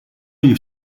you